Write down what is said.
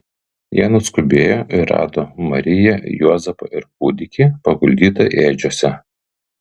jie nuskubėjo ir rado mariją juozapą ir kūdikį paguldytą ėdžiose